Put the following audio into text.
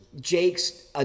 Jake's